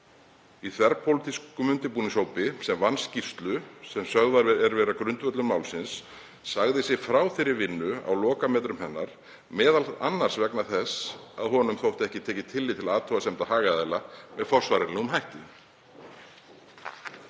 í þverpólitískum undirbúningshópi sem vann skýrslu sem sögð er vera grundvöllur málsins, sagði sig frá þeirri vinnu á lokametrum hennar, m.a. vegna þess að honum þótti ekki tekið tillit til athugasemda hagaðila með forsvaranlegum hætti.